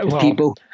People